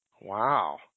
Wow